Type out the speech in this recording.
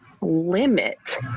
limit